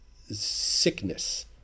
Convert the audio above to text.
sickness